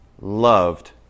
loved